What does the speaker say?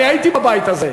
אני הייתי בבית הזה.